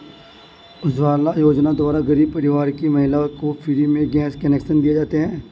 उज्जवला योजना द्वारा गरीब परिवार की महिलाओं को फ्री में गैस कनेक्शन दिए जाते है